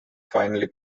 finally